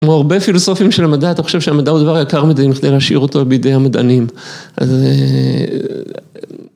כמו הרבה פילוסופים של המדע אתה חושב שהמדע הוא דבר יקר מדי כדי להשאיר אותו בידי המדענים, אז...